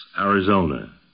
Arizona